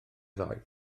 ddoe